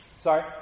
Sorry